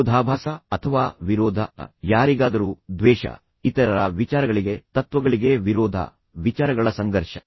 ವಿರೋಧಾಭಾಸ ಅಥವಾ ವಿರೋಧ ಯಾರಿಗಾದರೂ ದ್ವೇಷ ಇತರರ ವಿಚಾರಗಳಿಗೆ ತತ್ವಗಳಿಗೆ ವಿರೋಧ ವಿಚಾರಗಳ ಸಂಘರ್ಷ